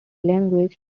language